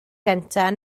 gyntaf